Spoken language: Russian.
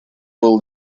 был